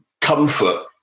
comfort